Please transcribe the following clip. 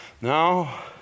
Now